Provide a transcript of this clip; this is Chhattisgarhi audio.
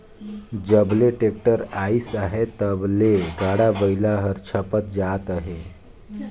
जब ले टेक्टर अइस अहे तब ले गाड़ा बइला हर छपत जात अहे